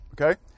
Okay